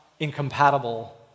incompatible